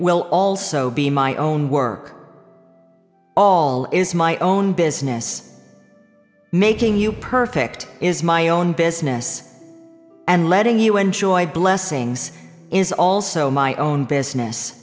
will also be my own work all is my own business making you perfect is my own business and letting you enjoy blessings is also my own business